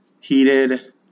Heated